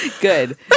good